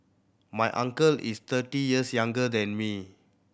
my uncle is thirty years younger than me